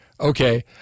okay